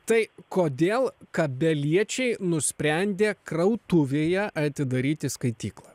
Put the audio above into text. tai kodėl kabeliečiai nusprendė krautuvėje atidaryti skaityklą